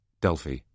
Delphi